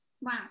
Wow